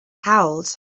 held